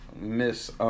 Miss